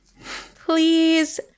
Please